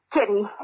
Kitty